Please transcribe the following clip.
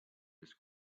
this